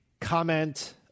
comment